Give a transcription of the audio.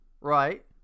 Right